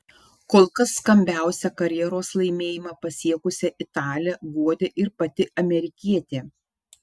kol kas skambiausią karjeros laimėjimą pasiekusią italę guodė ir pati amerikietė